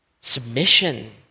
submission